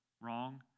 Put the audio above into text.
wrong